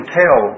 tell